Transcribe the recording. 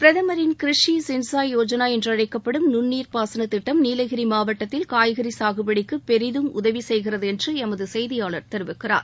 பிரதமரின் கிரிஷி சின்ஸாய் யோஜனா என்றழைக்கப்படும் நுண்ணீர் பாசனத் திட்டம் நீலகிரி மாவட்டத்தில் காய்கறி சாகுபடிக்கு பெரிதும் உதவி செய்கிறது என்று எமது செய்தியாளர் தெரிவிக்கிறார்